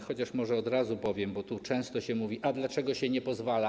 Chociaż może od razu powiem, bo często się mówi: A dlaczego się nie pozwala?